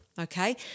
Okay